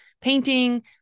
Painting